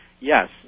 Yes